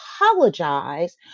apologize